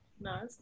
Nice